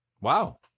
Wow